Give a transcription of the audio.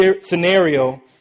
scenario